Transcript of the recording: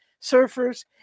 surfers